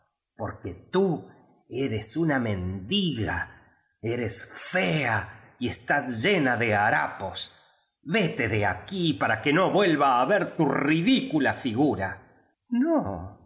porque tú eres una men diga eres fea y estás llena de harapos vete de aquí para que no vuelva á ver tu ridicula figura no